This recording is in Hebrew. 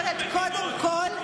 אז אני אומרת: קודם כול,